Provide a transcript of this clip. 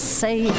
say